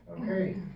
okay